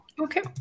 okay